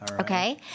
Okay